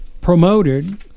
promoted